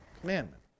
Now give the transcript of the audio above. commandment